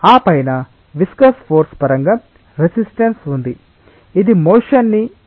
ఆ పైన viscous force పరంగా రెసిస్టన్స్ ఉంది ఇది మోషన్ ని నిరోధించడానికి ప్రయత్నిస్తుంది